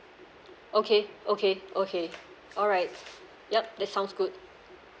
okay okay okay alright yup that sounds good